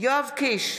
יואב קיש,